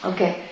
Okay